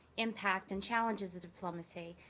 impact, and challenges of diplomacy,